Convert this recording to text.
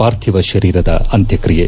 ಪಾರ್ಥಿವ ಶರೀರದ ಅಂತ್ಯಕಿಯೆ